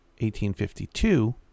1852